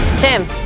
Tim